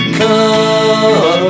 come